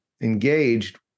engaged